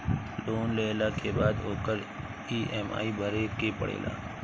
loan लेहला के बाद ओकर इ.एम.आई भरे के पड़ेला